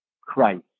Christ